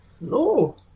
No